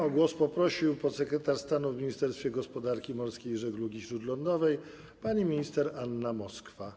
O głos poprosił podsekretarz stanu w Ministerstwie Gospodarki Morskiej i Żeglugi Śródlądowej pani minister Anna Moskwa.